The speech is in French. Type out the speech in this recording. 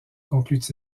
conclut